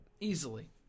Easily